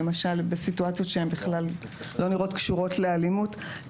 ובסיטואציות שהן בכלל לא נראות קשורות לאלימות,